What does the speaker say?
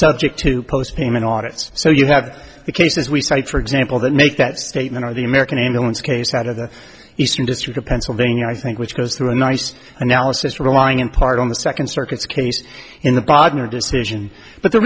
subject to post payment audit so you have the cases we cite for example that make that statement of the american ambulance case out of the eastern district of pennsylvania i think which goes through a nice analysis relying in part on the second circuit's case in the bogner decision but the